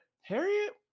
harriet